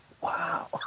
Wow